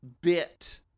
bit